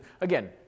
again